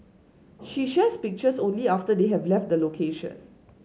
she shares pictures only after they have left the location